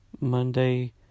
Monday